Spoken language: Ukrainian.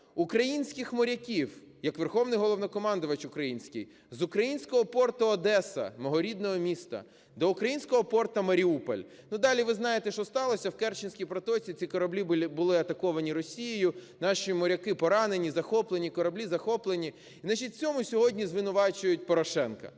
українських моряків як Верховний Головнокомандувач український з українського порту Одеса, мого рідного міста, до українського порту Маріуполь. Ну, далі ви знаєте, що сталося – в Керченській протоці ці кораблі були атаковані Росією, наші моряки поранені, захоплені, кораблі захоплені. Значить в цьому сьогодні звинувачують Порошенка.